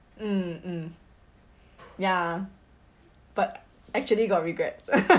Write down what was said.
mm mm ya but actually got regret